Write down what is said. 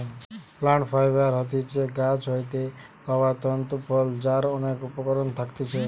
plant fibre হতিছে গাছ হইতে পাওয়া তন্তু ফল যার অনেক উপকরণ থাকতিছে